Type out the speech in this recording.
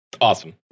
Awesome